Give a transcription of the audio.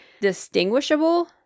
distinguishable